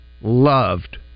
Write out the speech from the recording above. loved